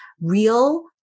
real